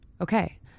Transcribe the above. okay